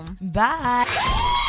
bye